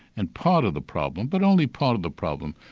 and part of the problem, but only part of the problem,